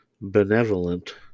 benevolent